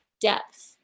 depth